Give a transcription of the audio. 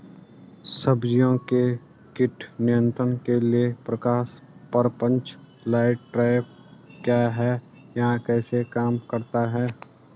सब्जियों के कीट नियंत्रण के लिए प्रकाश प्रपंच लाइट ट्रैप क्या है यह कैसे काम करता है?